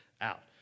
out